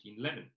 1911